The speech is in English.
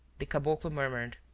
the caboclo murmured,